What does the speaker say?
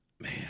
man